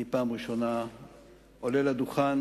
אני פעם ראשונה עולה לדוכן,